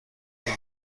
اینو